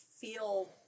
feel